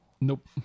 Nope